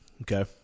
Okay